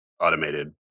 automated